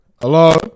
hello